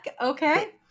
Okay